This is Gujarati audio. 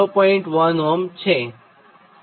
1 Ω છે